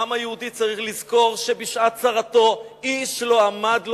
העם היהודי צריך לזכור שבשעת צרתו איש לא עמד לו,